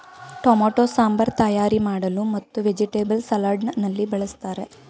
tomato sambar ತಯಾರಿ ಮಾಡಲು ಮತ್ತು ವೆಜಿಟೇಬಲ್ಸ್ ಸಲಾಡ್ ನಲ್ಲಿ ಬಳ್ಸತ್ತರೆ